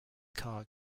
car